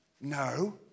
no